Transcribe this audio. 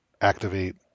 activate